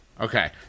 Okay